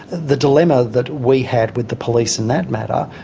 the dilemma that we had with the police in that matter,